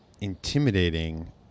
intimidating